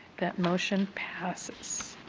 that motion passes.